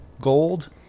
gold